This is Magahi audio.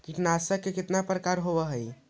कीटनाशक के कितना प्रकार होव हइ?